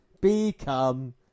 become